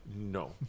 no